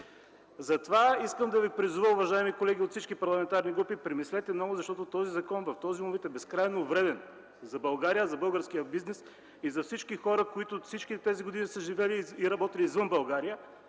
Затова искам да ви призова, уважаеми колеги от всички парламентарни групи: премислете много, защото този закон в този му вид е безкрайно вреден за България, за българския бизнес и за всички хора, които всички тези години са живели и са работили извън България,